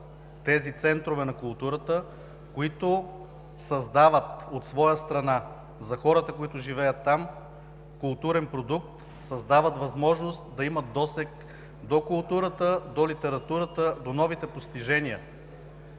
тези центрове на културата, които създават от своя страна за хората, които живеят там, културен продукт, създават възможност да имат досег до културата, до литературата, до новите постижения.